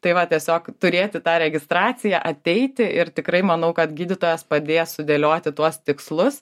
tai va tiesiog turėti tą registraciją ateiti ir tikrai manau kad gydytojas padės sudėlioti tuos tikslus